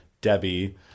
Debbie